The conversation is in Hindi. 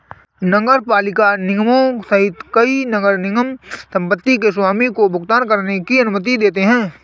नगरपालिका निगमों सहित कई नगर निगम संपत्ति के स्वामी को भुगतान करने की अनुमति देते हैं